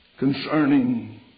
concerning